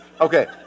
Okay